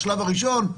השלב הראשון,